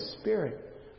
Spirit